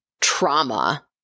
trauma